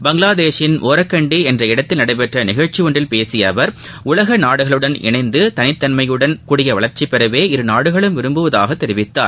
பங்களாதேஷின் ஒரக்கண்டி என்ற இடத்தில் நடைபெற்ற நிகழ்ச்சி ஒன்றில் பேசிய அவர் உலக நாடுகளுடன் இணைந்து தனித்தன்மையுடன் கூடிய வளர்ச்சி பெறவே இரு நாடுகளும் விரும்புவதாக தெரிவித்தார்